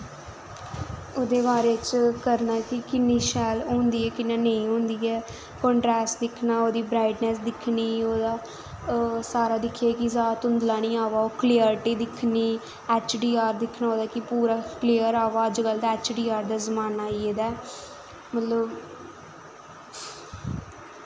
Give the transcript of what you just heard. ओह्दे बारे च करनी कि किन्नी शैल होंदी ऐ किन्नी नेईं कंट्रैस्ट दिक्खना ओह्दी ब्राईटनैंस दिक्खनी सारा दिक्खना कि ओह् जादा धुंधला नेईं अवा शैल क्लेयरटी आवै ऐच्च डी आर दिक्खना कि अजकल्ल ऐच्च डी आर दा जमाना आई गेदा ऐ मतलब